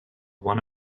one